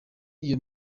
iyo